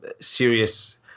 serious